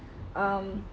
um